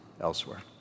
elsewhere